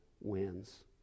wins